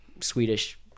swedish